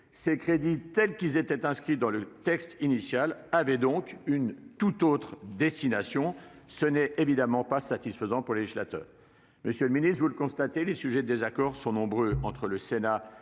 Ces crédits, tels qu'ils étaient inscrits dans le texte initial, avaient donc une tout autre destination. Cela n'est évidemment pas satisfaisant pour le législateur. Monsieur le ministre, vous le constatez, les sujets de désaccords entre le Sénat et la